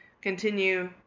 continue